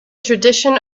tradition